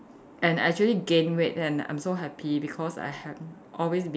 and actually gain weight and I'm so happy because I have always been